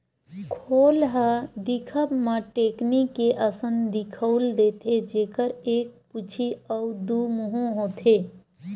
खोल ह दिखब म टेकनी के असन दिखउल देथे, जेखर एक पूछी अउ दू मुहूँ होथे